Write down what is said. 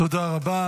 תודה רבה.